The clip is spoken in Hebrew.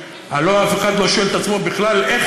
הלוא אף אחד לא שואל את עצמו בכלל איך